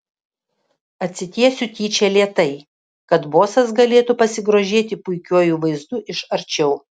atsitiesiu tyčia lėtai kad bosas galėtų pasigrožėti puikiuoju vaizdu iš arčiau